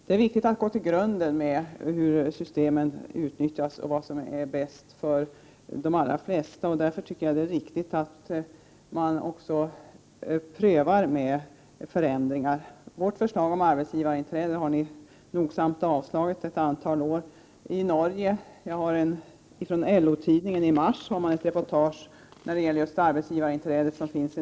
Det är viktigt att gå till grunden med hur systemen utnyttjas och vad som är bäst för de allra flesta. Därför tycker jag att det är riktigt att man också prövar med förändringar. Vårt förslag om arbetsgivarinträde har ni nogsamt avslagit i ett antal år. I Norge hade man i LO-tidningen i mars ett reportage om arbetsgivarinträdet som finns där.